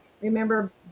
Remember